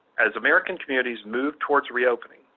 as american communities move towards reopening,